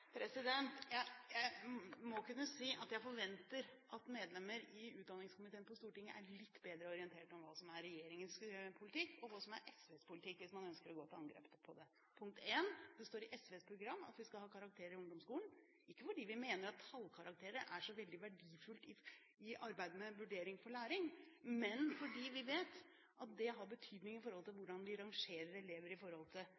Jeg må kunne si at jeg forventer at medlemmer i utdanningskomiteen på Stortinget er litt bedre orientert om hva som er regjeringens politikk, og hva som er SVs politikk, hvis man ønsker å gå til angrep på den. Det står i SVs program at vi skal ha karakterer i ungdomsskolen, ikke fordi vi mener det er så veldig verdifullt med tallkarakterer i arbeidet med Vurdering for læring, men fordi vi vet at det har betydning for hvordan vi rangerer elever med hensyn til